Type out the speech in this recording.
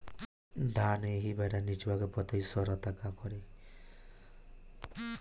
धान एही बेरा निचवा के पतयी सड़ता का करी?